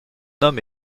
homme